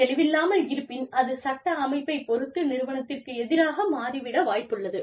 தெளிவில்லாமல் இருப்பின் அது சட்ட அமைப்பைப் பொறுத்து நிறுவனத்திற்கு எதிராக மாறி விட வாய்ப்புள்ளது